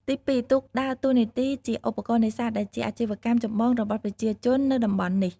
ទីពីរ ទូកដើរតួនាទីជា ឧបករណ៍នេសាទ ដែលជាអាជីវកម្មចម្បងរបស់ប្រជាជននៅតំបន់នេះ។